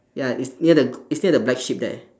ya it's near the it's near the black sheep there